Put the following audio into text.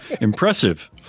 impressive